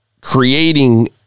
creating